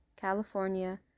California